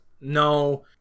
no